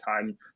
time